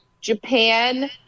Japan